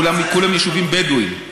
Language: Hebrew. כולם יישובים בדואיים?